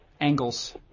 angles